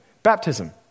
Baptism